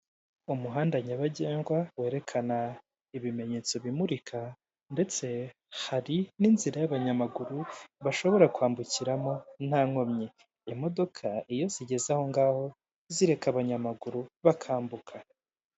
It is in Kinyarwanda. Umuhanda nyabagendwa werekana ibimenyetso bimurika, ndetse hari n'inzira y'abanyamaguru bashobora kwambukiramo nta nkomyi. Imodoka iyo zigeze ahongaho zireka abanyamaguru bakambuka.